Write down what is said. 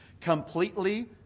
completely